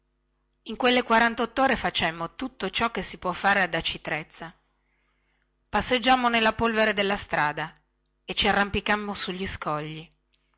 in quelle quarantottore facemmo tutto ciò che si può fare ad aci trezza passeggiammo nella polvere della strada e ci arrampicammo sugli scogli